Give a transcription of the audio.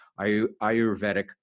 Ayurvedic